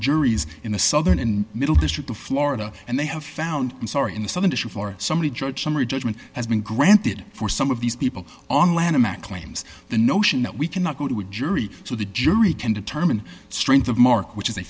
juries in the southern and middle district of florida and they have found i'm sorry in the southern issue for somebody judge summary judgment has been granted for some of these people on lanham act claims the notion that we cannot go to a jury so the jury can determine strength of mark which is a